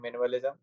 minimalism